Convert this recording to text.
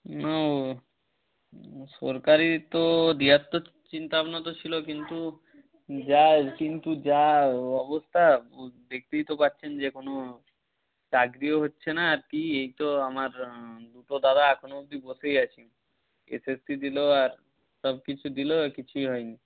না সরকারি তো দেওয়ার তো চিন্তা ভাবনা তো ছিল কিন্তু যা কিন্তু যা অবস্থা দেখতেই তো পাচ্ছেন যে কোনো চাকরিও হচ্ছে না আর কি এই তো আমার দুটো দাদা এখনো অবধি বসেই আছে এসএসসি দিল আর সব কিছু দিল কিছুই হয়নি